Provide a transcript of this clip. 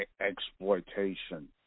exploitation